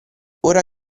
ora